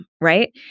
Right